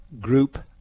group